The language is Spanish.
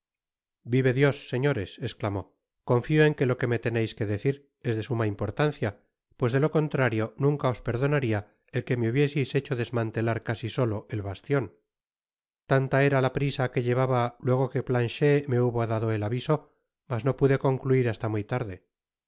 vive dios señores esclamó confio en que lo que me teneis que decir es de suma importancia pues de lo contrario nunca os perdonaria el que me hubieseis hecho desmantelar casi solo el bastion tanta era la prisa que llevaba luego que planchet me hubo dado el aviso mas no pude concluir hasta muy tarde